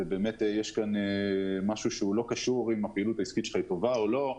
זה לא קשור אם עשית פעולה טובה או לא.